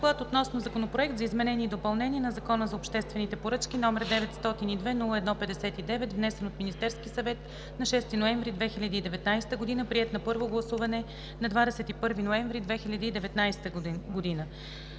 Законопроект за изменение и допълнение на Закона за обществените поръчки, № 902-01-59, внесен от Министерски съвет на 6 ноември 2019 г., приет на първо гласуване на 21 ноември 2019 г.